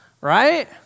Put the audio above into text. Right